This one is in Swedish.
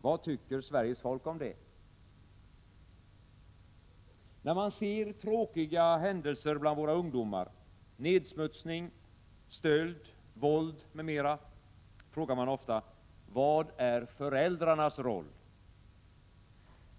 Vad tycker Sveriges folk om det? När man ser tråkiga händelser bland våra ungdomar — nedsmutsning, stöld, våld m.m. frågar man ofta: Vad är föräldrarnas roll?